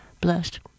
blessed